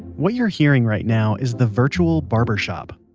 what you're hearing right now is the virtual barbershop.